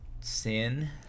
sin